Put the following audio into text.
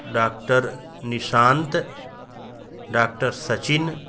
doctor Nishant doctor Sachin